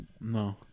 No